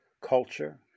culture